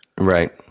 Right